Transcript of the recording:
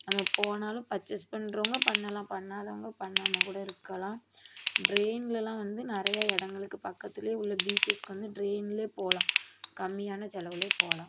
நம்ம போனாலும் பர்சேஸ் பண்ணுறவங்க பண்ணலாம் பண்ணாதவங்க பண்ணாமக்கூட இருக்கலாம் ட்ரெயின்லேலாம் வந்து நிறைய இடங்களுக்கு பக்கத்துலேயே உள்ள பீச்சஸ்க்கு வந்து ட்ரெயின்லேயே போகலாம் கம்மியான செலவிலே போகலாம்